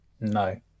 No